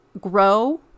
grow